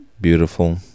beautiful